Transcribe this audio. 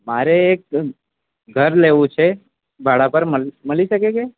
મારે એક ઘર લેવું છે ભાડા પર મલી શકે કે